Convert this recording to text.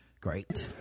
Great